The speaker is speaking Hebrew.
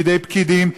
בידי פקידים,